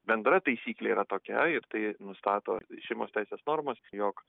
bendra taisyklė yra tokia ir tai nustato šeimos teisės normos jog